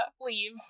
leave